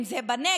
אם זה בנגב,